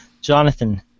Jonathan